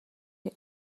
the